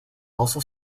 also